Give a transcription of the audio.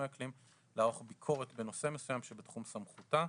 האקלים לערוך ביקורת בנושא מסוים שבתחום סמכותה.